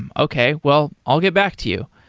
and okay. well, i'll get back to you.